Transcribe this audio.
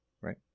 right